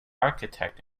architect